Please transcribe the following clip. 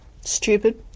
Stupid